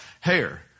Hair